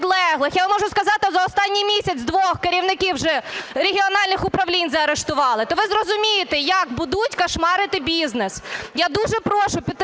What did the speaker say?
я можу сказати за останній місяць двох керівників регіональних управлінь заарештували, то ви зрозумієте, як будуть "кошмарити" бізнес. Я дуже прошу